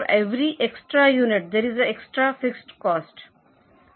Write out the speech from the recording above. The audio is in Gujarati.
So for every extra unit there is a extra fixed cost